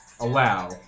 allow